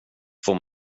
får